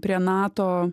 prie nato